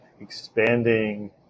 expanding